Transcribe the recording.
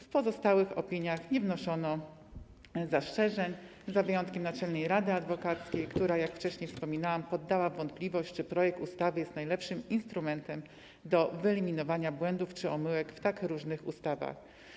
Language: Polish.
W pozostałych opiniach nie wnoszono zastrzeżeń, z wyjątkiem Naczelnej Rady Adwokackiej, która, jak wcześniej wspominałam, podała w wątpliwość to, że projekt ustawy jest najlepszym instrumentem służącym do wyeliminowania błędów czy omyłek w tak różnych ustawach.